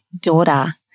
daughter